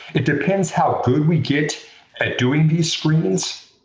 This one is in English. it depends how good we get at doing these screens.